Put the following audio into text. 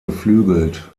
geflügelt